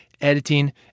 Editing